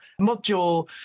module